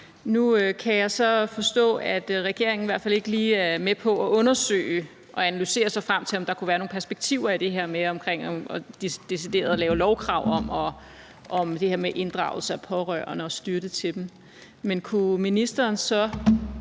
Nu kan jeg så forstå, at regeringen i hvert fald ikke lige er med på at undersøge og analysere sig frem til, om der kunne være nogle perspektiver i det her med at lave deciderede lovkrav om det her med inddragelse af pårørende og støtte til dem. Men kunne ministeren så